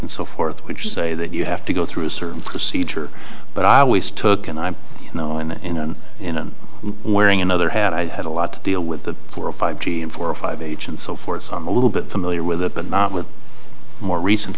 and so forth which say that you have to go through a certain procedure but i always took and i know in wearing another hat i had a lot to deal with the four or five g and four or five h and so forth a little bit familiar with it but not with more recent